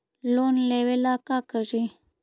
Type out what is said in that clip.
Loan लेबे ला का करि?